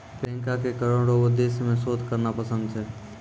प्रियंका के करो रो उद्देश्य मे शोध करना पसंद छै